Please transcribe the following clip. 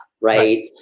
right